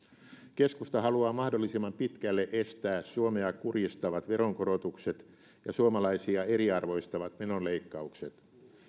keskusta haluaa mahdollisimman pitkälle estää suomea kurjistavat veronkorotukset ja suomalaisia eriarvoistavat menoleikkaukset